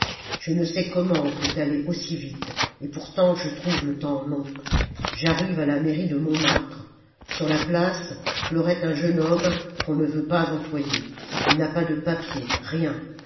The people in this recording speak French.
je ne sais comment on peut aller aussi vite et pourtant je trouve le temps long j'arrive à la mairie de montmartre sur la place pleurait un jeune homme qu'on ne veut pas employer il n'a pas de papiers rien